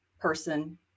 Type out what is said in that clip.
person